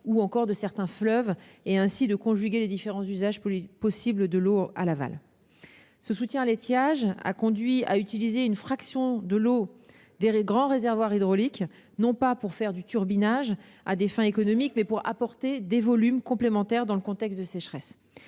ou de certains fleuves, et ainsi de conjuguer les différents usages possibles de l'eau à l'aval. Ce soutien à l'étiage a conduit à utiliser une fraction de l'eau des grands réservoirs hydrauliques, non pas pour faire du turbinage à des fins économiques, mais pour apporter des volumes complémentaires dans le contexte de sécheresses.